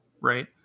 right